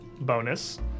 bonus